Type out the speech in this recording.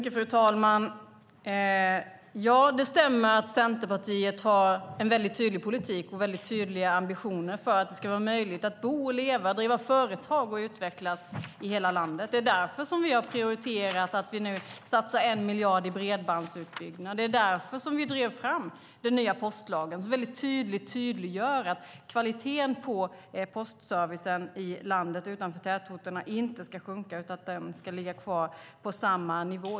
Fru talman! Det stämmer att Centerpartiet har en tydlig politik och tydliga ambitioner för att det ska vara möjligt att bo, leva, driva företag och utvecklas i hela landet. Det är därför som vi har prioriterat 1 miljard för bredbandsutbyggnad. Det är därför vi drev fram den nya postlagen. Där framgår det tydligt att kvaliteten på postservicen i landet utanför tätorterna inte ska sjunka utan ligga kvar på samma nivå.